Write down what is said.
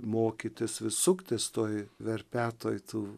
mokytis vis suktis toj verpetoj tų